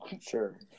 sure